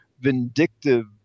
vindictive